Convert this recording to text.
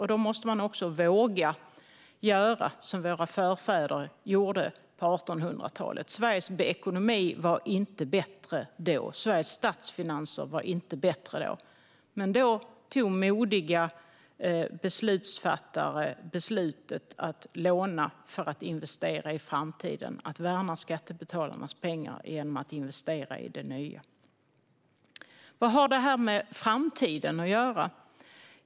Men då måste man också våga göra som våra förfäder gjorde på 1800-talet. Sveriges ekonomi och Sveriges statsfinanser var inte bättre då. Men modiga beslutsfattare tog beslutet att låna för att investera i framtiden. Det handlar om att värna skattebetalarnas pengar genom att investera i det nya. Vad har då det här med framtiden att göra?